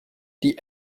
die